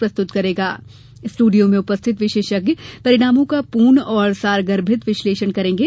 प्रस्तुत कार्यक्रम में स्टूडियो में उपस्थित विशेषज्ञ परिणामों का पूर्ण और सारगर्भित विश्लेषण करेंगे